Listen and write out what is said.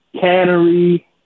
cannery